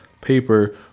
paper